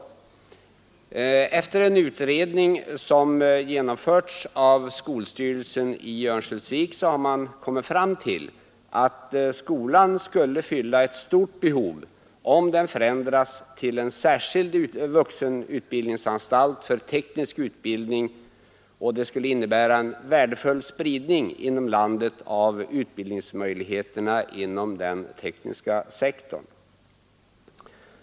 Efter en utredning som genomförts av skolstyrelsen i Örnsköldsvik har man kommit fram till att skolan skulle fylla ett stort behov om den förändras till en särskild vuxenutbildningsanstalt för teknisk utbildhing, och det skulle innebära en värdefull spridning inom landet av utbildningsmöjligheterna inom den tekniska sektorn.